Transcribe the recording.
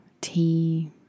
tea